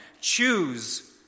choose